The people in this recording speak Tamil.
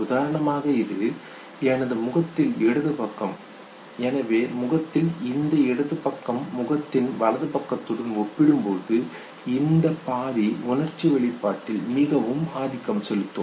உதாரணமாக இது எனது முகத்தில் இடது பக்கம் எனவே முகத்தில் இந்த இடது பக்கம் முகத்தின் வலது பக்கத்துடன் ஒப்பிடும்பொழுது இந்த பாதி உணர்ச்சி வெளிப்பாட்டில் மிகவும் ஆதிக்கம் செலுத்தும்